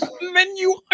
menu